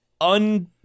un